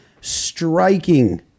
striking